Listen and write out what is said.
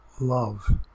love